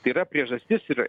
tai yra priežastis ir